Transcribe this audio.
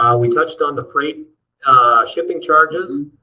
um we touched on the freight shipping charges.